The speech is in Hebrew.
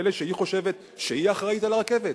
פלא שהיא חושבת שהיא אחראית על הרכבת?